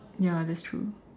ya that's true